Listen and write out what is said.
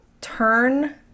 turn